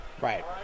right